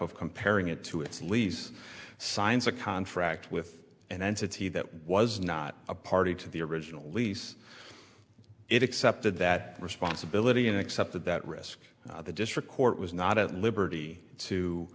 of comparing it to its lease signs a contract with an entity that was not a party to the original lease it accepted that responsibility and accepted that risk and the district court was not at liberty to